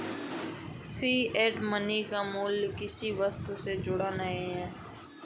fiat money का मूल्य किसी वस्तु से जुड़ा नहीं है